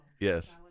Yes